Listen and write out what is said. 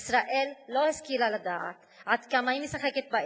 ישראל לא השכילה לדעת עד כמה היא משחקת באש.